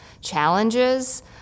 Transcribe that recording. challenges